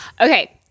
Okay